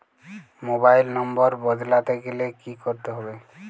Mobile number বদলাতে গেলে কি করতে হবে?